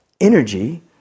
energy